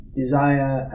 desire